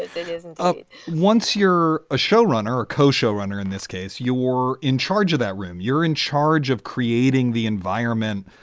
it isn't once you're a showrunner or co show runner, in this case, you were in charge of that room. you're in charge of creating the environment.